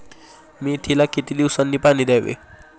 मेथीला किती दिवसांनी पाणी द्यावे?